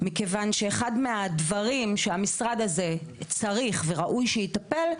מכיוון שאחד מהדברים שהמשרד הזה צריך וראוי שיטפל בו,